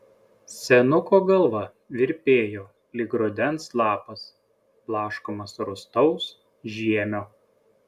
senuko galva virpėjo lyg rudens lapas blaškomas rūstaus žiemio